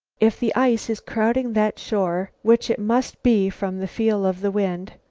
if the ice is crowding that shore, which it must be from the feel of the wind,